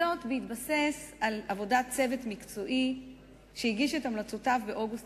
על בסיס עבודת צוות מקצועי שהגיש את המלצותיו באוגוסט